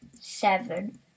seven